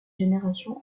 génération